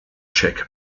czech